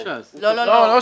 לא, לא ש"ס.